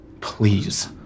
Please